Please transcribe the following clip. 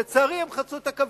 לצערי הם חצו את הקווים,